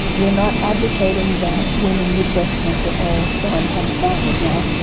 we're not advocating that women with breast cancer all go and have statins now,